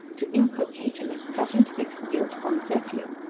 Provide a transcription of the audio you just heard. to inculcate him as plotting to fix the guilt upon his nephew.